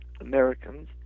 Americans